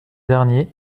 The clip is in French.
dernier